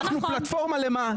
אנחנו פלטפורמה למה?